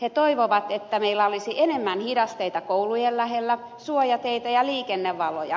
he toivovat että meillä olisi enemmän hidasteita koulujen lähellä suojateitä ja liikennevaloja